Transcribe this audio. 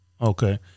Okay